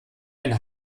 eine